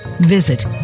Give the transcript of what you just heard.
Visit